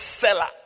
seller